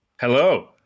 Hello